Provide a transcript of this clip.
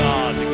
God